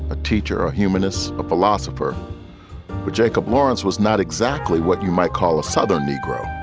a teacher, a humanist, a philosopher. but jacob lawrence was not exactly what you might call a southern negro.